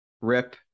Rip